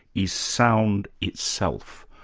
is sound itself.